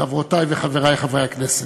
חברותי וחברי חברי הכנסת,